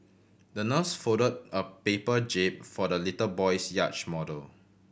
the nurse folded a paper jib for the little boy's yacht model